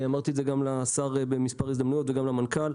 אמרתי את זה גם לשר במספר הזדמנויות וגם למנכ"ל.